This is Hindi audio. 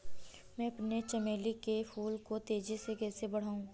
मैं अपने चमेली के फूल को तेजी से कैसे बढाऊं?